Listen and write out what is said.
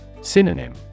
Synonym